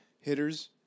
hitters